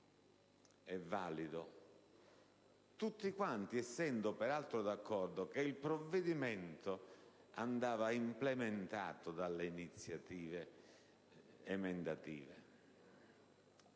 peraltro tutti quanti d'accordo che il provvedimento andava implementato dalle iniziative emendative.